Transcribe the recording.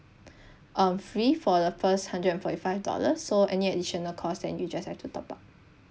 um free for the first hundred forty five dollars so any additional cost then you just have to top up